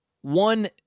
one